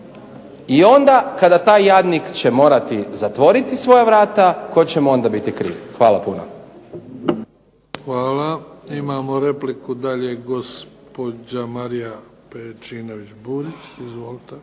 i onda kada taj jadnik će morati zatvoriti svoja vrata tko će mu onda biti kriv. Hvala puno. **Bebić, Luka (HDZ)** Hvala. Imao repliku dalje gospođa Marija Pejčinović Burić.